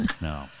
no